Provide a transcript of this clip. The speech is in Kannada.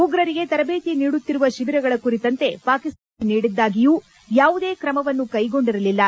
ಉಗ್ರರಿಗೆ ತರಬೇತಿ ನೀಡುತ್ತಿರುವ ಶಿಬಿರಗಳ ಕುರಿತಂತೆ ಪಾಕಿಸ್ತಾನಕ್ಕೆ ಮಾಹಿತಿ ನೀಡಿದ್ದಾಗಿಯೂ ಯಾವುದೇ ತ್ರಮವನ್ನು ಕ್ಕೆಗೊಂಡಿರಲಿಲ್ಲ